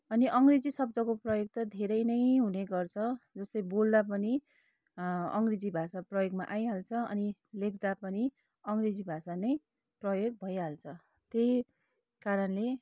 अनि अङ्ग्रेजी शब्दको प्रयोग त धेरै नै हुने गर्छ जस्तै बोल्दा पनि अङ्ग्रेजी भाषा प्रयोगमा आइहाल्छ अनि लेख्दा पनि अङ्ग्रेजी भाषा नै प्रयोग भइहाल्छ त्यही कारणले